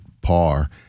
par